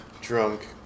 drunk